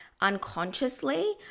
unconsciously